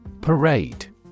Parade